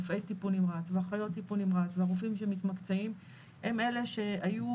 רופאי טיפול נמרץ ואחיות טיפול נמרץ והרופאים שמתמקצעים הם אלה שהיו